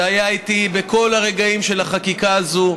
שהיה איתי בכל הרגעים של החקיקה הזאת,